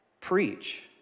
preach